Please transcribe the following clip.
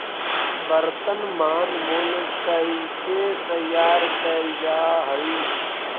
वर्तनमान मूल्य कइसे तैयार कैल जा हइ?